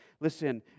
listen